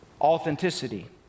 authenticity